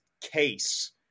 Case